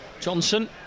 Johnson